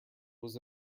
was